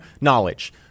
knowledge